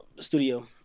studio